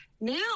Now